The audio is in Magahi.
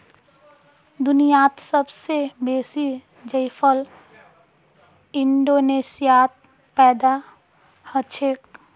दुनियात सब स बेसी जायफल इंडोनेशियात पैदा हछेक